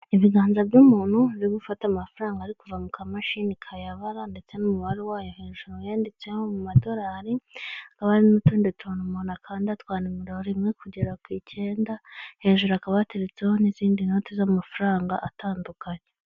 Ibiganza by'umuntu biri gufata amafaranga ari kuva mu kamashini kayabara ndetse n'umubare wayo hejuru wiyanditse mu madolari, hakaba hari n'utundi tuntu umuntu akanda twa nimero rimwe kugera ku icyenda, hejuru hakaba hateretseho n'izindi noti z'amafaranga atandukanye.